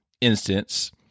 instance